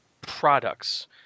products